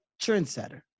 trendsetter